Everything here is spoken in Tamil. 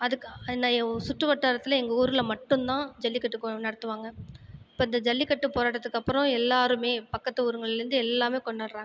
அதுக்கு சுற்று வட்டாரத்தில் எங்கள் ஊரில் மட்டுந்தான் ஜல்லிக்கட்டு நடத்துவாங்க இப்போது இந்த ஜல்லிக்கட்டு போராட்டத்துக்கப்புறம் எல்லாருமே பக்கத்து ஊர்கள்லேருந்து எல்லாருமே கொண்டாடுறாங்க